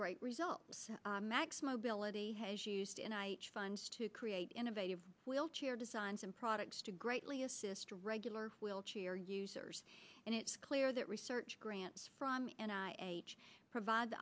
great results max mobility has used and i funds to create innovative wheelchair designs and products to greatly assist regular wheelchair users and it's clear that research grants from and i h provide